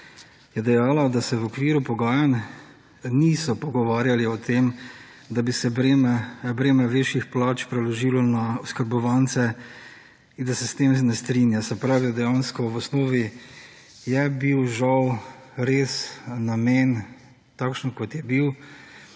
je dejala, da se v okviru pogajanj niso pogovarjali o tem, da bi se breme višjih plač preložilo na oskrbovance in da se s tem ne strinja se pravi, da dejansko v osnovi je bil žal res namen takšen kot je bil,